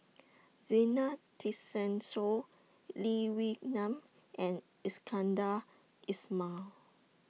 Zena Tessensohn Lee Wee Nam and Iskandar Ismail